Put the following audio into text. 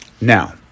Now